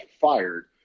fired